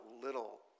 little